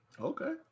Okay